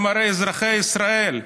הם הרי אזרחי ישראל.